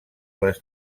les